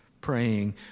praying